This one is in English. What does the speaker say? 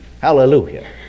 Hallelujah